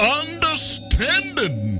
understanding